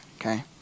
Okay